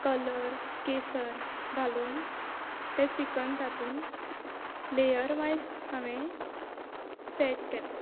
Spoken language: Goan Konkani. कलर केसर घालून ते चिकन तातून लेयरवायज हांवें सेट केले